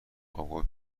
خوابگاه